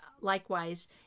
likewise